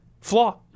flaw